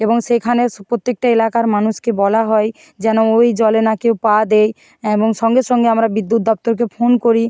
এবং সেখানে স্ প্রত্যেকটা এলাকার মানুষকে বলা হয় যেন ওই জলে না কেউ পা দেয় এবং সঙ্গে সঙ্গে আমরা বিদ্যুৎ দপ্তরকে ফোন করি